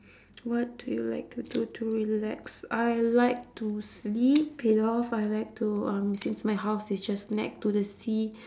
what do you like to do to relax I like to sleep it off I like to um since my house is just next to the sea